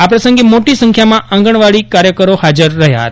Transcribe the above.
આ પ્રસંગે મોટી સંખ્યામાં આંગણવાડી વર્કરો ફાજર રહ્યા હતા